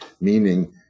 meaning